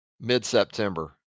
Mid-September